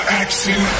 action